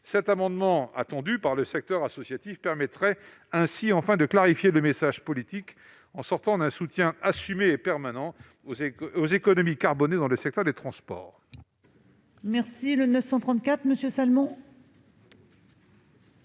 cet amendement, attendu par le secteur associatif, permettrait enfin de clarifier le message politique, en sortant d'un soutien assumé et permanent aux économies carbonées dans le secteur des transports.